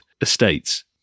estates